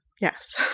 Yes